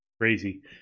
Crazy